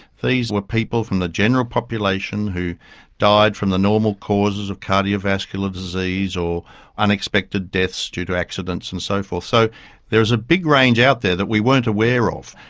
these were people from the general population who died from the normal causes of cardiovascular disease or unexpected deaths due to accidents and so forth. so there was a big range out there that we weren't aware of,